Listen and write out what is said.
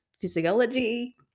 physiology